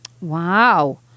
wow